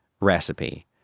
recipe